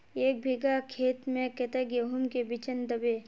एक बिगहा खेत में कते गेहूम के बिचन दबे?